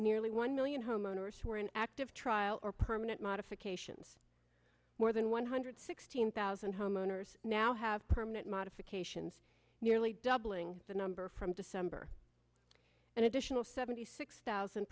nearly one million homeowners who are in active trial or permanent modifications more than one hundred sixteen thousand homeowners now have permanent modifications nearly doubling the number from december an additional seventy six thousand